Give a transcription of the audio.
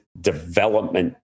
development